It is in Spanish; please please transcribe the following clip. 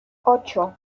ocho